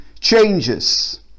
changes